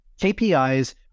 KPIs